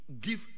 give